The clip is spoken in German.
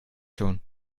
schon